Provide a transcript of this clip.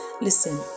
listen